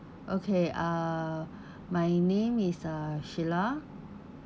okay ah my name is uh sheila